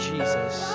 Jesus